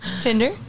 Tinder